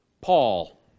Paul